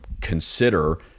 consider